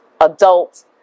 adult